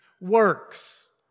works